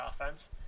offense